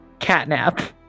Catnap